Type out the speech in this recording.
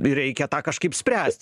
reikia tą kažkaip spręst